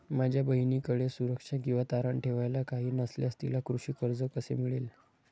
माझ्या बहिणीकडे सुरक्षा किंवा तारण ठेवायला काही नसल्यास तिला कृषी कर्ज कसे मिळेल?